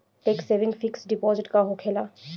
Tax saving fix deposit का होखे ला?